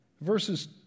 Verses